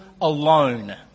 alone